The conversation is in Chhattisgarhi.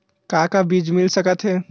का का बीज मिल सकत हे?